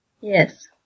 Yes